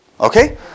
Okay